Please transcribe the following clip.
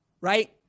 right